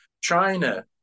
China